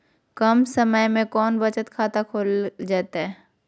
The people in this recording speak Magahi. कम समय में कौन बचत खाता खोले जयते?